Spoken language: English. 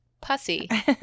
Pussy